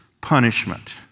punishment